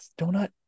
Donut